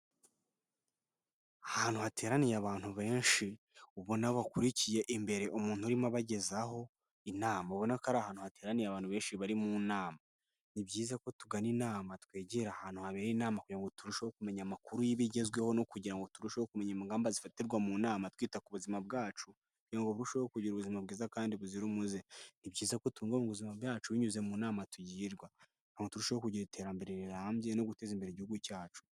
Ahantu hateraniye abantu benshi, ubona bakurikiye imbere umuntu urimo abagezaho inama. Ubona ko ari ahantu hateraniye abantu benshi bari mu nama. Ni byiza ko tugana inama, twegera ahantu habera inama, kugira ngo turusheho kumenya amakuru y'ibigezweho no kugira ngo turusheho kumenya ingamba zifatirwa mu nama, twita ku buzima bwacu. Kugira ngo turusheho kugira ubuzima bwiza kandi buzira umuze. Ni byiza twubaha ubuzima bwacu binyuze mu nama tugirwa, turushaho kugira iterambere rirambye no guteza imbere igihugu cyacu.